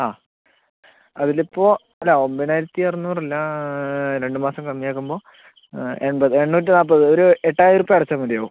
ആ അതിലിപ്പോൾ അല്ല ഒൻപതിനായിരത്തി അറുന്നൂറ് അല്ല രണ്ട് മാസം കമ്മി ആക്കുമ്പോൾ എൺപത് എണ്ണൂറ്റി നാൽപത് ഒരു എട്ടായിരം ഉർപ്യ അടച്ചാൽ മതിയാകും